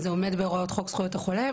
אז זה עומד בהוראות חוק זכויות החולה.